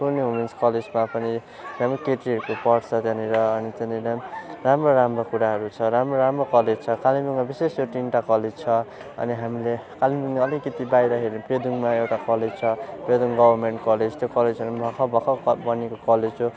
Cluny women's कलेजमा पनि केटीहरू पढ्छ त्यहाँनिर अनि त्यहाँनिर राम्रो राम्रो कुराहरू छ राम्रो राम्रो कलेज छ कालिम्पोङमा विशेष यो तिनवटा कलेज छ अनि हामीले कालिम्पोङदेखि अलिकति बाहिर हेर्यौ भने पेदुङमा एउटा कलेज छ पेदुङ गभर्मेन्ट कलेज त्यो कलेजहरू पनि भर्खर भर्खर बनिएको कलेज हो